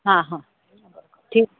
ହଁ ହଁ ଠିକ୍